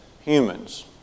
humans